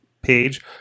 page